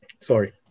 sorry